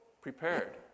prepared